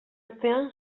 atzean